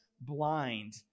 blind